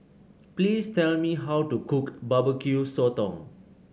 please tell me how to cook Barbecue Sotong